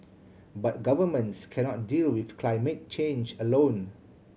but governments cannot deal with climate change alone